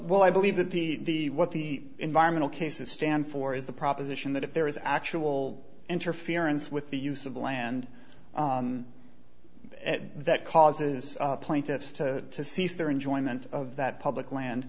well i believe that the the what the environmental cases stand for is the proposition that if there is actual interference with the use of land that causes plaintiffs to cease their enjoyment of that public land